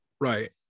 right